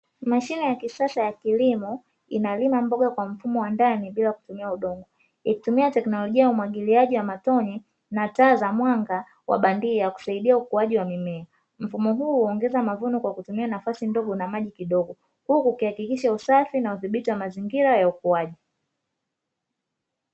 Mashine ya kisasa ya kilimo inalima mboga kwa mfumo wa ndani bila kutumia udongo, ikitumia teknolojia ya umwagiliaji wa matone na taa za mwanga wa bandia kusaidia ukuaji wa mimea, mfumo huu huongeza mavuno kwa kutumia nafasi ndogo na maji kidogo huku ukihakikisha usafi na udhibiti wa mazingira ya ukuaji.